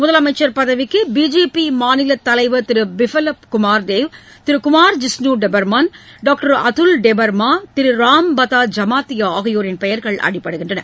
முதலமைச்சர் பதவிக்கு பிஜேபி மாநில தலைவர் திரு பிப்லப் குமார் தேவ் திரு குமார் ஜிஸ்னு டெபர்மான் பாக்டர் அதுல் டேபர்மா திரு ராம் பாதா ஜமாத்தியா ஆகியோரின் பெயர்கள் அடிபடுகின்றன